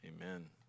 amen